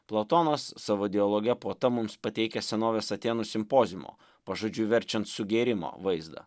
platonas savo dialoge puota mums pateikia senovės atėnų simpoziumo pažodžiui verčiant sugėrimo vaizdą